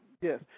Yes